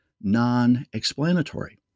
non-explanatory